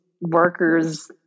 workers